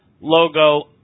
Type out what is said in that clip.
logo